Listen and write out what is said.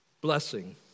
Blessing